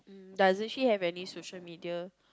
doesn't she have any social media